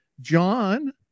John